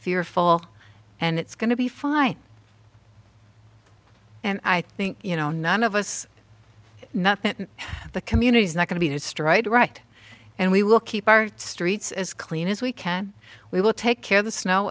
fearful and it's going to be fine and i think you know none of us not the community is not going to be destroyed right and we will keep our streets as clean as we can we will take care of the snow